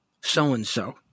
so-and-so